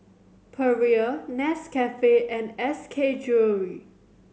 Perrier Nescafe and S K Jewellery